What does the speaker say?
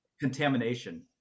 contamination